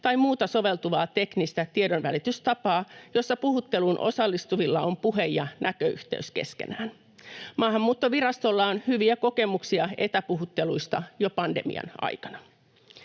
tai muuta soveltuvaa teknistä tiedonvälitystapaa, jossa puhutteluun osallistuvilla on puhe- ja näköyhteys keskenään. Maahanmuuttovirastolla on ollut hyviä kokemuksia etäpuhutteluista jo pandemian aikana.